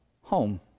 home